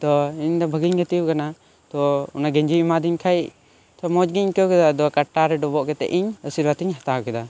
ᱛᱚ ᱤᱧ ᱫᱚ ᱵᱷᱟᱜᱮᱧ ᱜᱟᱛᱮᱣ ᱟᱠᱟᱱᱟ ᱛᱚ ᱚᱱᱟ ᱜᱮᱧᱡᱤ ᱮᱢᱟᱫᱤᱧ ᱠᱷᱟᱱ ᱢᱚᱸᱡᱽ ᱜᱮᱧ ᱟᱹᱭᱠᱟᱹᱣ ᱠᱮᱫᱟ ᱟᱫᱚ ᱠᱟᱴᱟᱨᱮ ᱰᱚᱵᱚᱜ ᱠᱟᱛᱮᱫ ᱤᱧ ᱟᱥᱤᱨᱵᱟᱫᱽ ᱤᱧ ᱦᱟᱛᱟᱣ ᱠᱮᱫᱟ